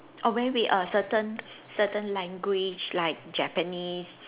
oh wait wait a certain certain language like Japanese